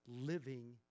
living